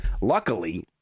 luckily